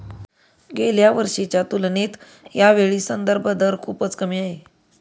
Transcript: गेल्या वर्षीच्या तुलनेत यावेळी संदर्भ दर खूपच कमी आहे